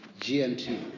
GMT